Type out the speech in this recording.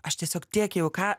aš tiesiog tiek jau ką